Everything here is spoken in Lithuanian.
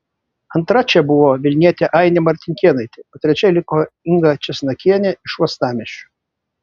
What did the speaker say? antra čia buvo vilnietė ainė martinkėnaitė o trečia liko inga česnakienė iš uostamiesčio